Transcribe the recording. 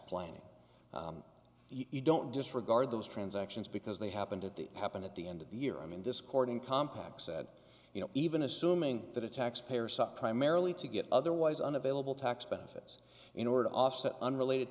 planning you don't disregard those transactions because they happened at the happened at the end of the year i mean this courting compaq said you know even assuming that a taxpayer suck primarily to get otherwise unavailable tax benefits in order to offset unrelated